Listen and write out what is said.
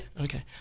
Okay